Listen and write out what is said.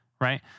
right